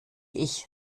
ich